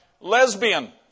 lesbian